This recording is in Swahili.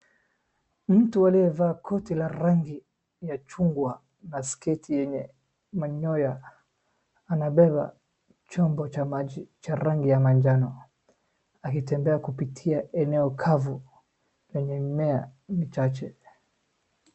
Mtu aliyevaa koti la rangi la chungwa na sketi yenye manyoya, anabeba chombo cha maji cha rangi ya manjano, akitembea kupitia eneo kavu yenye mimea michache.